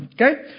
Okay